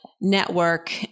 network